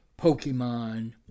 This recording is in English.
Pokemon